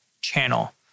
channel